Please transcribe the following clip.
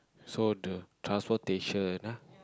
so the transportation ah